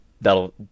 That'll